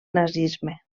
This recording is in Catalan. nazisme